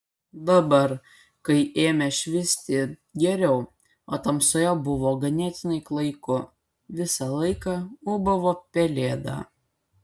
dabar kai ėmė švisti geriau o tamsoje buvo ganėtinai klaiku visą laiką ūbavo pelėda